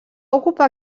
ocupar